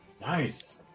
Nice